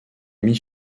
demi